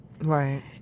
Right